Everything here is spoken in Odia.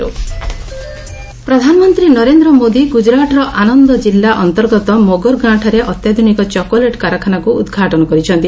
ପିଏମ୍ ଗୁଜରାଟ୍ ପ୍ରଧାନମନ୍ତ୍ରୀ ନରେନ୍ଦ୍ର ମୋଦି ଗୁଜୁରାଟ୍ର ଆନନ୍ଦ କିଲ୍ଲା ଅନ୍ତର୍ଗତ ମୋଗର ଗାଁଠାରେ ଅତ୍ୟାଧୁନିକ ଚକୋଲେଟ୍ କାରଖାନାକୁ ଉଦ୍ଘାଟନ କରିଛନ୍ତି